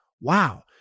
Wow